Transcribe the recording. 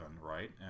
right